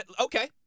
Okay